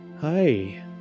Hi